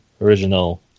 original